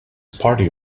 party